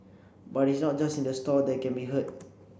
but is not just in the store that they can be heard